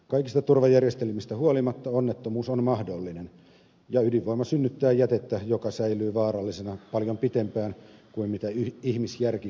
kaikista turvajärjestelmistä huolimatta onnettomuus on mahdollinen ja ydinvoima synnyttää jätettä joka säilyy vaarallisena paljon pitempään kuin ihmisjärki kykenee käsittämään